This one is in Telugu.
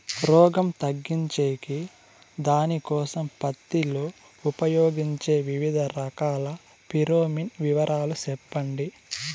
రోగం తగ్గించేకి దానికోసం పత్తి లో ఉపయోగించే వివిధ రకాల ఫిరోమిన్ వివరాలు సెప్పండి